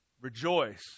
rejoice